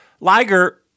Liger